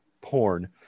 porn